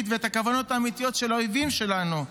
ואת הכוונות האמיתיות של האויבים שלו,